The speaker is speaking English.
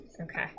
Okay